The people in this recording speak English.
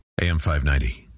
AM590